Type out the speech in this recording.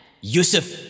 Yusuf